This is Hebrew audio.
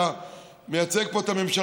אתה מייצג פה את הממשלה,